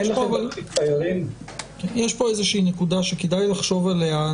יש כאן נקודה שכדאי לחשוב עליה.